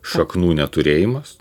šaknų neturėjimas